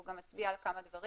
הוא גם מצביע על כמה דברים,